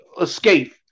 escape